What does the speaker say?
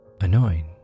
annoying